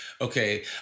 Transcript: okay